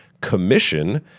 commission